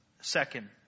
Second